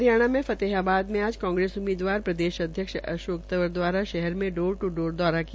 हरियाणा के फतेहाबाद में आज कांग्रेस उम्मीदवार प्रदेश अध्यक्ष अशोक तंवर के द्वारा शहर में डोर टू डोर दौरा किया